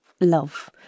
love